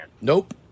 Nope